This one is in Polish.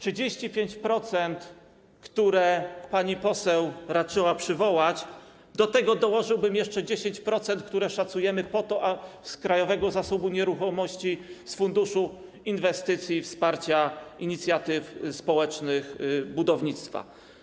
35%, które pani poseł raczyła przywołać - od tego dołożyłbym jeszcze 10%, które szacujemy, z Krajowego Zasobu Nieruchomości, z funduszu inwestycji i wsparcia inicjatyw społecznych budownictwa.